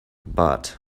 but